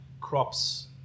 crops